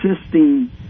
assisting